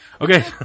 Okay